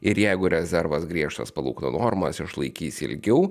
ir jeigu rezervas griežtas palūkanų normas išlaikys ilgiau